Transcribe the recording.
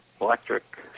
electric